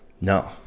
No